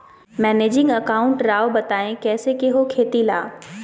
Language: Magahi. मैनेजिंग अकाउंट राव बताएं कैसे के हो खेती ला?